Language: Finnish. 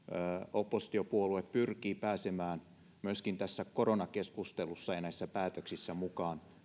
oppositiopuolue pyrkii pääsemään myöskin tässä koronakeskustelussa ja näissä päätöksissä mukaan